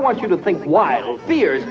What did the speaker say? want you to think why fear